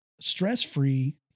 stress-free